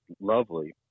lovely